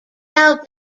out